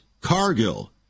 Cargill